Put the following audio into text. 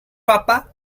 papa